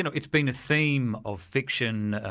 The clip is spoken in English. and it's been a theme of fiction,